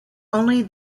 only